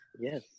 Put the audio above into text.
yes